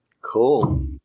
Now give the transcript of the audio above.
Cool